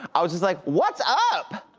i was just like, what's up?